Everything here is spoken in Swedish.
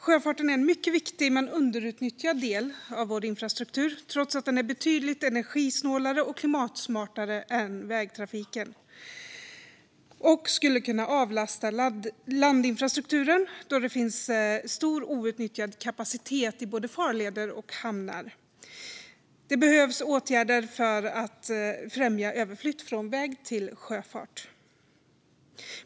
Sjöfarten är en mycket viktig men underutnyttjad del av vår infrastruktur trots att den är betydligt energisnålare och klimatsmartare än vägtrafiken och skulle kunna avlasta landinfrastrukturen då det finns stor outnyttjad kapacitet i både farleder och hamnar. Det behövs åtgärder för att främja överflytt från väg till sjöfart.